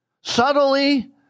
subtly